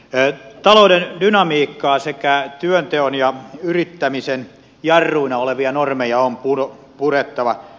talouden dynamiikkaa sekä työnteon ja yrittämisen jarruina olevia normeja on purettava